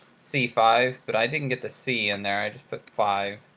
c five, but i didn't get the c in there, i just put five.